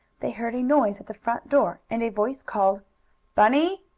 they heard a noise at the front door and a voice called bunny!